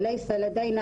אחרונות,